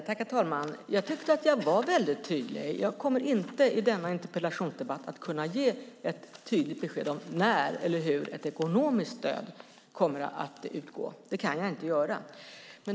Herr talman! Jag tyckte att jag var väldigt tydlig. Jag kommer inte i denna interpellationsdebatt att kunna ge ett tydligt besked om när eller hur ett ekonomiskt stöd kommer att utgå. Det kan jag inte göra.